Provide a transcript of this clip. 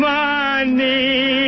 money